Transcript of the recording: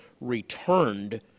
returned